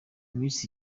miss